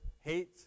hate